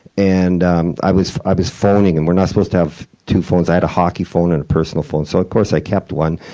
and um i was i was phoning, and we're not supposed to have two phones. i had a hockey phone and a personal phone so, of course, i kept one.